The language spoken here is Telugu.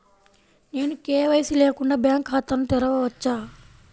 నేను కే.వై.సి లేకుండా బ్యాంక్ ఖాతాను తెరవవచ్చా?